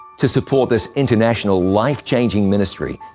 to support this international life-changing ministry,